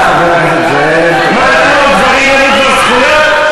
לגברים אין כבר זכויות?